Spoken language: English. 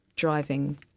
driving